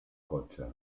cotxe